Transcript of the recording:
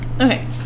Okay